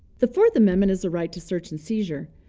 the fourth amendment is the right to search and seizure.